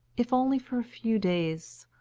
if only for a few days.